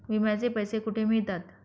विम्याचे पैसे कुठे मिळतात?